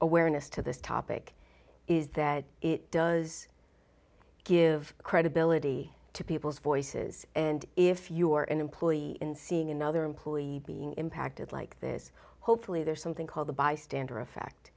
awareness to this topic is that it does give credibility to people's voices and if you're an employee in seeing another employee being impacted like this hopefully there's something called the bystander